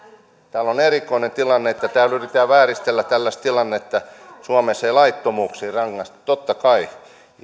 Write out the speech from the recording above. on erikoinen tilanne että täällä yritetään vääristellä tällaista tilannetta että suomessa ei laittomuuksista rangaista totta kai rangaistaan